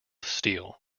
steel